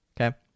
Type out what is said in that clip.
okay